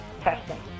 testing